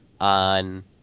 on